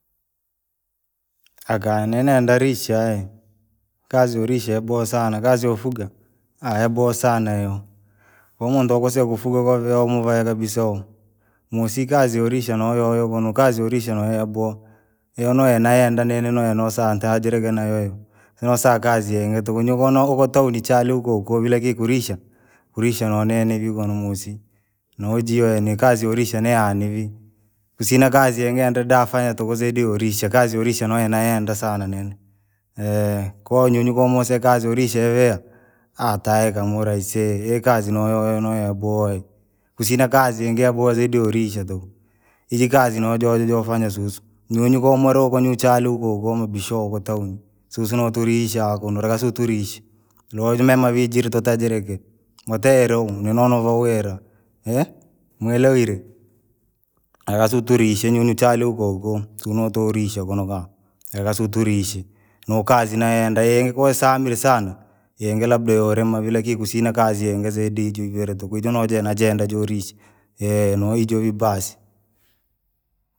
Aka nini nenda rishaee, kazi yorisha yaboha sana kazi youfuga, yabohe sana hiyo. Komuntu akusee kufuga kwasilaa amuvae kabisa uhu, musii kazi yarisha noyoyo kunu kazi yarisha yaboha, hiyo nayoenda nini noyo saa tujirike nayoyo, nasaa kazi yingi tuku yunyu tonaa tuwni chali huko huko vila kikulisha. Kurisha nonini vii kona musii, najii yani kazi yarisha niyani vii, kusina kazi yingi yenda dafanya tuku zaidi yarisha kazi yorisha noyo yaenda sana nini, konyunyu kamose kazi yarisha yaavea, tahika murii aisee hii kazi noyoyo nayaboha hii. Kusina kazi yingi yaboka zaidi yorisha tuku, hizi kazi nojo nojofanya susu, nyunyu komurii huko chache hukohuko mubishoo huko tawini sisi noturisha kunu rekaa sisi turishe. Nojimema vii jiritatajirike, mateire huu nini novawira, mwelewine,. sisi turishe nyunyu chale hukohuko, jina turisha kunokangu lekasu turisha, nokazi nayenda hii ingekuwa samira sana. Yingi labda yarima vii lakini kusina kazi yingi zaidi ya iviri tuku hijo najo nayeenda jorisha, nahijoo vii basi.